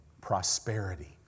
prosperity